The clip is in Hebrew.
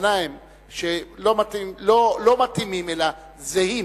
לא מתאימים אלא זהים,